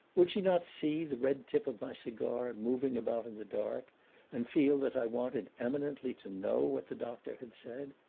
would she not see the red tip of my cigar moving about in the dark and feel that i wanted eminently to know what the doctor had said?